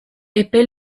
epe